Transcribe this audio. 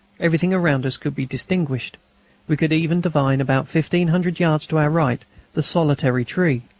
everything around us could be distinguished we could even divine about fifteen hundred yards to our right the solitary tree,